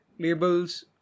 labels